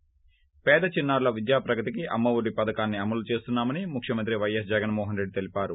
ి పేద చిన్నారుల విద్యాప్రగతికి అమ్మ ఒడి పథకాన్ని అమలు చేస్తున్నామని ముఖ్యమంత్రి పైఎస్ జగన్మోహన్ రెడ్డి తెలిపారు